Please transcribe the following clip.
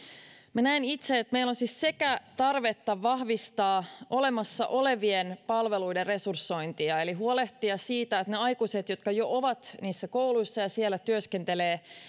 minä näen itse että meillä on tarvetta vahvistaa olemassa olevien palveluiden resursointia eli huolehtia siitä että niiden aikuisten jotka jo ovat niissä kouluissa ja siellä työskentelevät